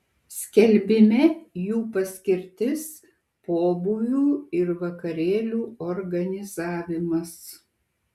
skelbime jų paskirtis pobūvių ir vakarėlių organizavimas